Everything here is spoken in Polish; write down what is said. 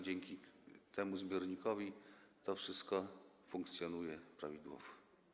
Dzięki temu zbiornikowi to wszystko funkcjonuje prawidłowo.